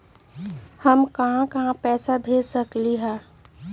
हम कहां कहां पैसा भेज सकली ह?